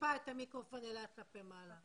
אני